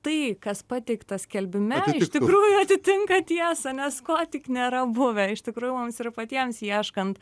tai kas pateikta skelbime iš tikrųjų atitinka tiesą nes ko tik nėra buvę iš tikrųjų mums ir patiems ieškant